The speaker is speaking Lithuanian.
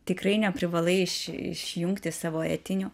tikrai neprivalai iš išjungti savo etinių